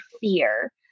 fear